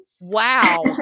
Wow